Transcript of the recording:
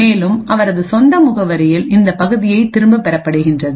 மேலும் அவரது சொந்த முகவரியில் இந்த பகுதியை திரும்பப் பெறப்படுகின்றது